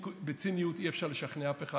בציניות אי-אפשר לשכנע אף אחד.